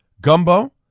gumbo